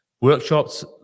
workshops